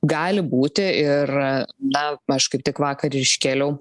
gali būti ir na aš kaip tik vakar ir iškėliau